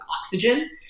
oxygen